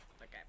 okay